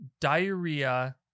Diarrhea